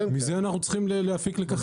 מזה צריך להפיק לקחים.